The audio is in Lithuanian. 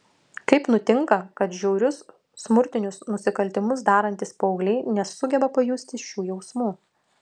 kaip nutinka kad žiaurius smurtinius nusikaltimus darantys paaugliai nesugeba pajusti šių jausmų